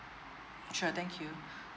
sure thank you